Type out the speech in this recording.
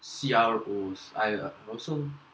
and C_R_Os I uh also